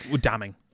damning